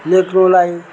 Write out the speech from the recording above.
लेख्नुलाई